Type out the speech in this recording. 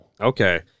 Okay